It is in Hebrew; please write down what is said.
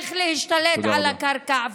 איך להשתלט על הקרקע,